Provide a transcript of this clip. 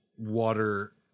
water